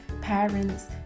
parents